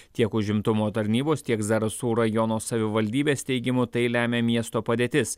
tiek užimtumo tarnybos tiek zarasų rajono savivaldybės teigimu tai lemia miesto padėtis